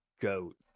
goat